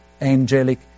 angelic